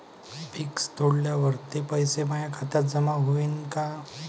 Fix तोडल्यावर ते पैसे माया खात्यात जमा होईनं का?